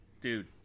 dude